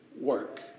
work